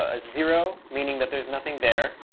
ah zero, meaning that there's nothing there,